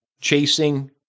chasing